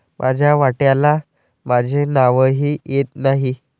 माझ्या वाट्याला माझे नावही येत नाही